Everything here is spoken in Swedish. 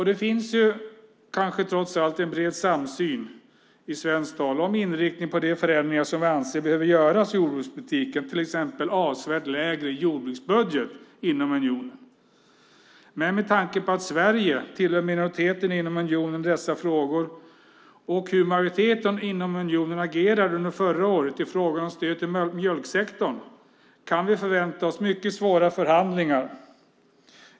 Det finns kanske trots allt en bred samsyn från svenskt håll om inriktningen på de förändringar som vi anser behöver göras av jordbrukspolitiken, till exempel en avsevärt lägre jordbruksbudget inom unionen. Men med tanke på att Sverige tillhör minoriteten inom unionen i dessa frågor och hur majoriteten inom unionen agerade under förra året i frågan om stöd till mjölksektorn kan vi förvänta oss mycket svåra förhandlingar.